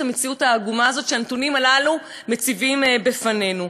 המציאות העגומה הזאת שהנתונים הללו מציבים בפנינו.